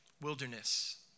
wilderness